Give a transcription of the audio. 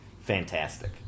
fantastic